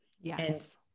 Yes